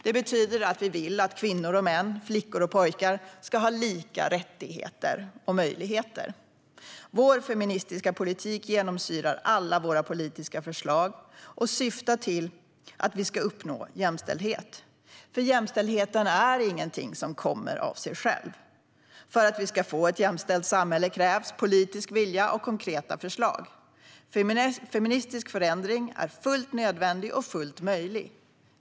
Det betyder att vi vill att kvinnor och män och flickor och pojkar ska ha lika rättigheter och möjligheter. Vår feministiska politik genomsyrar alla våra politiska förslag och syftar till att vi ska uppnå jämställdhet, för jämställdhet är inget som kommer av sig självt. För att vi ska få ett jämställt samhälle krävs politisk vilja och konkreta förslag. Feministisk förändring är fullt nödvändig och fullt möjlig.